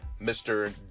Mr